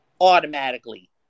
automatically